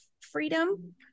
freedom